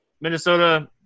Minnesota